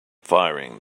firing